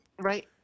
Right